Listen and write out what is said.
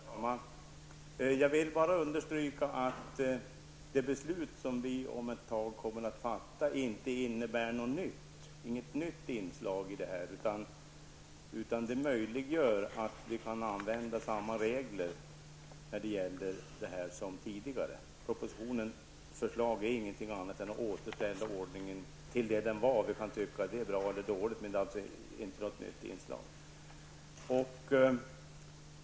Herr talman! Jag vill bara understryka att det beslut som vi om ett tag kommer att fatta inte innebär något nytt, utan det möjliggör att vi kan tillämpa samma regler som tidigare. Propositionens förslag är ingenting annat än ett återställande av den ordning som gällde förut. Vi kan tycka att det är bra eller dåligt, men det är alltså inte fråga om något nytt inslag i lagstiftningen.